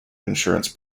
insurance